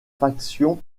factions